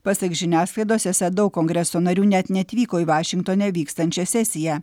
pasak žiniasklaidos esą daug kongreso narių net neatvyko į vašingtone vykstančią sesiją